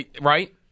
right